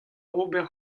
ober